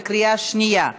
בקריאה שנייה.